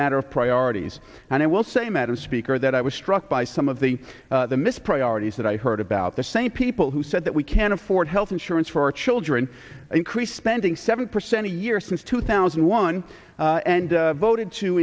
matter of priorities and i will say madam speaker that i was struck by some of the the mis priorities that i heard about the same people who said that we can't afford health insurance for our children increased spending seven percent a year since two thousand and one and voted to